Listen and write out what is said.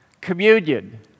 communion